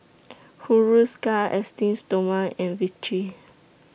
Hiruscar Esteem Stoma and Vichy